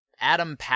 Adam